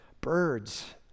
birds